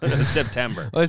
September